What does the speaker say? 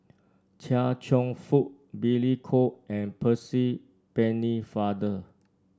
Chia Cheong Fook Billy Koh and Percy Pennefather